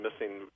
missing